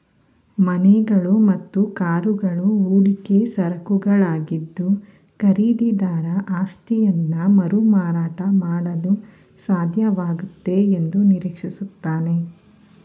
ಮನೆಗಳು ಮತ್ತು ಕಾರುಗಳು ಹೂಡಿಕೆ ಸರಕುಗಳಾಗಿದ್ದು ಖರೀದಿದಾರ ಆಸ್ತಿಯನ್ನಮರುಮಾರಾಟ ಮಾಡಲುಸಾಧ್ಯವಾಗುತ್ತೆ ಎಂದುನಿರೀಕ್ಷಿಸುತ್ತಾನೆ